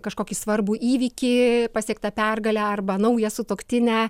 kažkokį svarbų įvykį pasiektą pergalę arba naują sutuoktinę